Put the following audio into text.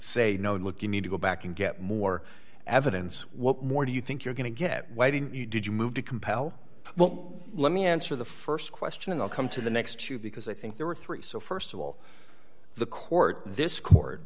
say no look you need to go back and get more evidence what more do you think you're going to get why didn't you did you move to compel well let me answer the st question and i'll come to the next two because i think there were three so st of all the court this court